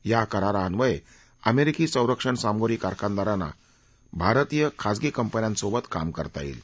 या करारान्वये अमेरिकी संरक्षण सामुग्री कारखांनदारांना भारतीय खासगी कंपन्यांसोबत काम करता येईल